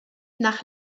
nach